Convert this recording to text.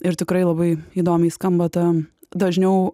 ir tikrai labai įdomiai skamba ta dažniau